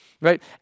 right